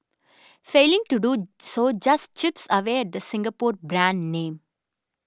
failing to do so just chips away the Singapore brand name